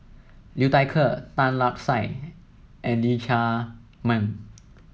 Liu Thai Ker Tan Lark Sye and Lee Chiaw Meng